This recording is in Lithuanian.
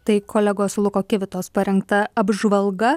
tai kolegos luko kivitos parengta apžvalga